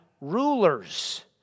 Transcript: rulers